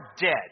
dead